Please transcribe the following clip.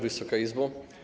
Wysoka Izbo!